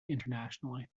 internationally